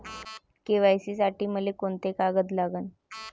KYC साठी मले कोंते कागद लागन?